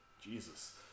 Jesus